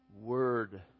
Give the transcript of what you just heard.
word